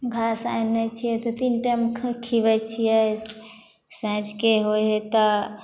घास आनै छियै दू तीन टाइम खीअबै छियै साँझके होइ हइ तऽ